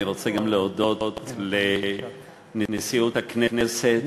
אני רוצה גם להודות לנשיאות הכנסת,